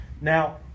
Now